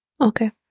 okay